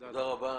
תודה רבה.